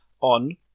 on